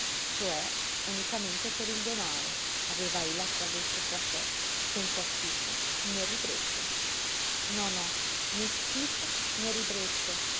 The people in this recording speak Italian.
cioè unicamente per il danaro aveva ella tradotto fra sé senza schifo né ribrezzo no no né schifo né ribrezzo